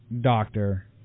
doctor